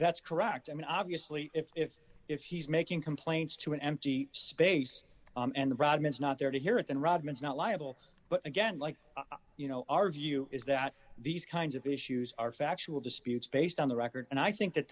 that's correct i mean obviously if if if he's making complaints to an empty space and the rodman is not there to hear it and rodman is not liable but again like you know our view is that these kinds of issues are factual disputes based on the record and i think that